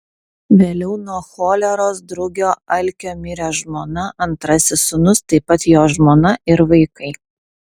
vėliau nuo choleros drugio alkio mirė žmona antrasis sūnus taip pat jo žmona ir vaikai